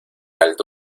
alto